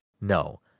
No